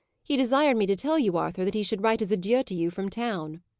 he desired me to tell you, arthur, that he should write his adieu to you from town.